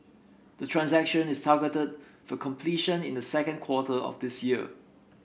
the transaction is targeted for completion in the second quarter of this year